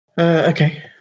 Okay